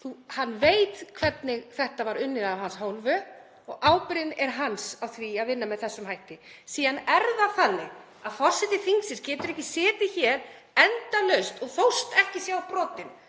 Hann veit hvernig þetta var unnið af hans hálfu og ábyrgðin er hans á því að vinna með þessum hætti. Síðan er það þannig að forseti þingsins getur ekki setið hér endalaust og þóst ekki sjá brotin.